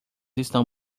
estão